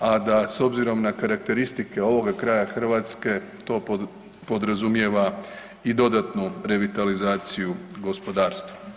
a da s obzirom na karakteristike ovoga kraja Hrvatske, to podrazumijeva i dodatnu revitalizaciju gospodarstva.